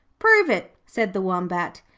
prove it said the wombat.